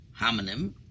homonym